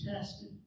tested